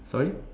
sorry